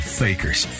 fakers